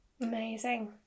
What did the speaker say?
Amazing